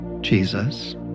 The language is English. Jesus